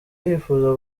yifuza